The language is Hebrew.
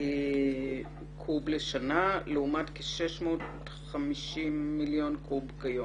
קוב לשנה לעומת כ-650 מיליון קוב כיום".